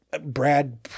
Brad